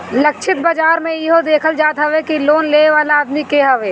लक्षित बाजार में इहो देखल जात हवे कि लोन लेवे वाला आदमी के हवे